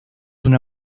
una